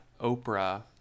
Oprah –